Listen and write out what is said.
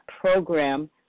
program